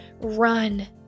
run